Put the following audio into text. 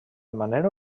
manera